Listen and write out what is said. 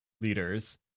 leaders